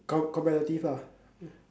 com~ competitive lah